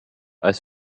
ice